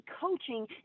coaching